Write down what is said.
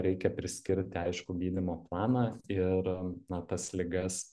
reikia priskirti aiškų gydymo planą ir tas ligas